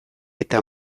eta